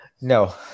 no